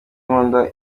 nkunda